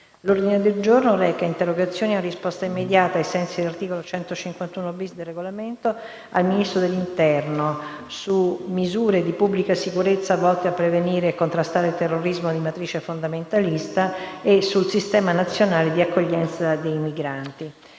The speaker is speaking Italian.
**Svolgimento di interrogazioni a risposta immediata, ai sensi dell'articolo 151-*bis* del Regolamento,****su misure di pubblica sicurezza volte a prevenire e contrastare il terrorismo di matrice fondamentalista e sistema nazionale di accoglienza dei migranti**